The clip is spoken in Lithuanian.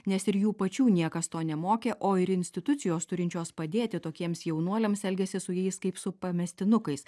nes ir jų pačių niekas to nemokė o ir institucijos turinčios padėti tokiems jaunuoliams elgiasi su jais kaip su pamestinukais